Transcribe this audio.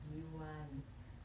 do you want